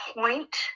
point